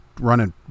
running